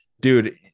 dude